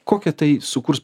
kokią tai sukurs